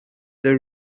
the